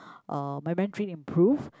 uh my Mandarin improved